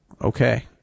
Okay